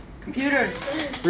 Computers